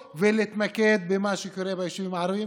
ולהתמקד במה שקורה ביישובים הערביים,